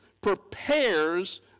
prepares